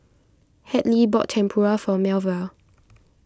Hadley bought Tempura for Melva